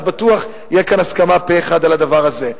ואז בטוח תהיה כאן הסכמה פה אחד על הדבר הזה.